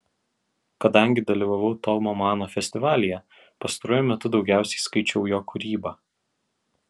kadangi dalyvavau tomo mano festivalyje pastaruoju metu daugiausiai skaičiau jo kūrybą